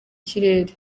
kirere